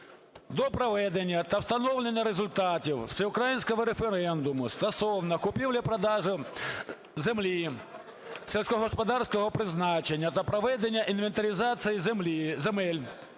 "До проведення та встановлення результатів всеукраїнського референдуму стосовно купівлі-продажу земель сільськогосподарського призначення та проведення інвентаризації земель,